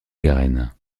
garenne